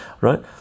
Right